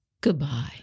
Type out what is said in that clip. goodbye